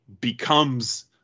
becomes